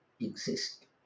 exist